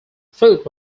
foot